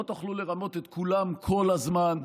לא תוכלו לרמות את כולם כל הזמן.